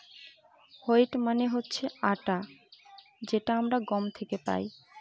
wheat মানে হচ্ছে আটা যেটা আমরা গম থেকে পাই